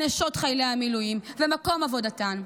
על נשות חיילי המילואים ועל מקום עבודתן?